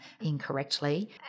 incorrectly